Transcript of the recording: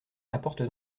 apporte